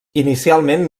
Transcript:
inicialment